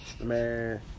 Man